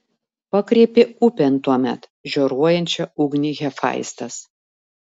pakreipė upėn tuomet žioruojančią ugnį hefaistas